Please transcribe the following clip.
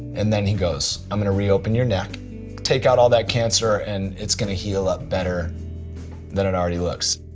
and then he goes i'm gonna reopen your neck take out all that cancer and it's gonna heal up better than it already looks.